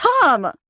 Tom